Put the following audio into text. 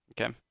Okay